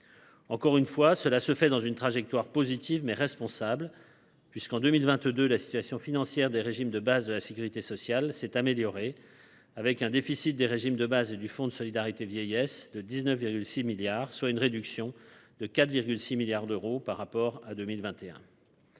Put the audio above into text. Encore une fois, cela se fait dans une trajectoire positive, mais responsable, puisqu’en 2022, la situation financière des régimes de base de la sécurité sociale s’est améliorée, avec un déficit des régimes de base et du Fonds de solidarité vieillesse (FSV) de 19,6 milliards d’euros, soit une réduction de 4,6 milliards d’euros par rapport à 2021.